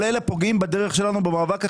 כל אלה פוגעים בדרך שלנו במאבק החשוב.